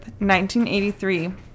1983